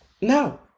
No